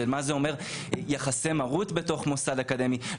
מה זה אומר יחסי מרות בתוך מוסד אקדמי.